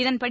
இதன்படி